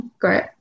great